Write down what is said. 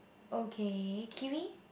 okay kiwi